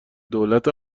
دولت